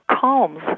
calms